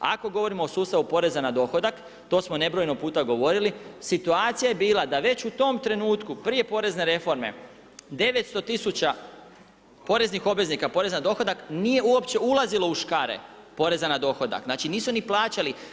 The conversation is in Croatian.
Ako govorimo o sustavu porezu na dohodak, to smo nebrojeno puta govorili, situacija je bila, da već u tom trenutku, prije porezne reforme, 900000 poreznih obveznika, poreza na dohodak, nije uopće ulazilo u škare poreza na dohodak, znači nisu ni plaćali.